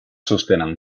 sostenen